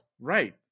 right